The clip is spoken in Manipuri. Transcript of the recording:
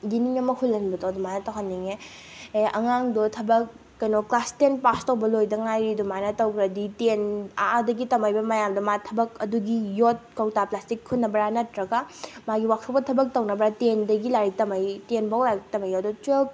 ꯌꯦꯟꯅꯤꯡ ꯑꯃ ꯍꯨꯜꯍꯟꯕꯗꯣ ꯑꯗꯨꯃꯥꯏꯅ ꯇꯧꯍꯟꯅꯤꯡꯉꯦ ꯑꯗꯩ ꯑꯉꯥꯡꯗꯣ ꯊꯕꯛ ꯀꯩꯅꯣ ꯀ꯭ꯂꯥꯁ ꯇꯦꯟ ꯄꯥꯁ ꯇꯧꯕ ꯂꯣꯏꯗ ꯉꯥꯏꯔꯤ ꯑꯗꯨꯃꯥꯏꯅ ꯇꯧꯈ꯭ꯔꯗꯤ ꯇꯦꯟ ꯑꯥꯗꯒꯤ ꯇꯝꯃꯛꯏꯕ ꯃꯌꯥꯝꯗꯣ ꯃꯥ ꯊꯕꯛ ꯑꯗꯨꯒꯤ ꯌꯣꯠ ꯀꯧꯇꯥ ꯄ꯭ꯂꯥꯁꯇꯤꯛ ꯈꯨꯟꯅꯕ꯭ꯔꯥ ꯅꯠꯇ꯭ꯔꯒ ꯃꯥꯒꯤ ꯋꯥꯛꯁꯣꯞꯇ ꯊꯕꯛ ꯇꯧꯅꯕꯔꯥ ꯇꯦꯟꯗꯒꯤ ꯂꯥꯏꯔꯤꯛ ꯇꯝꯃꯛꯏ ꯇꯦꯟꯐꯥꯎ ꯂꯥꯏꯔꯤꯛ ꯇꯝꯃꯛꯏꯗꯣ ꯇ꯭ꯋꯦꯜꯞ